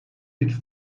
ilk